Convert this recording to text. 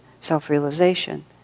self-realization